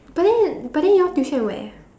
but then but then you all tuition at where